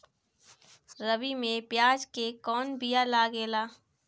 रबी में प्याज के कौन बीया लागेला?